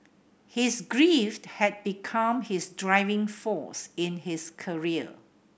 his grief had become his driving force in his career